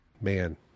man